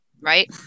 Right